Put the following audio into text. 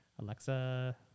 Alexa